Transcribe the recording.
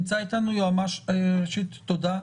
תודה.